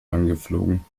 angeflogen